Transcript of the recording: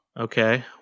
okay